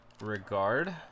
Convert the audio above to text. regard